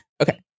okay